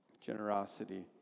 Generosity